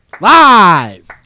Live